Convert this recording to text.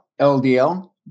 LDL